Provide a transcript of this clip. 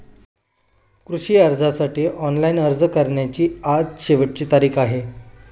कृषी कर्जासाठी ऑनलाइन अर्ज करण्याची आज शेवटची तारीख आहे